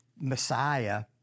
Messiah